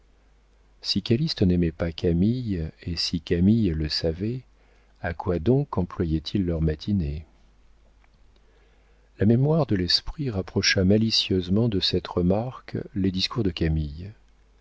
n'aimait pas camille et si camille le savait à quoi donc employaient ils leurs matinées la mémoire de l'esprit rapprocha malicieusement de cette remarque les discours de camille